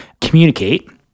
communicate